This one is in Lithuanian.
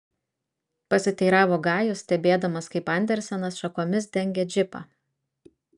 pasiteiravo gajus stebėdamas kaip andersenas šakomis dengia džipą